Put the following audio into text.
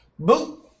Boop